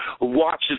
watches